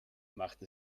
macht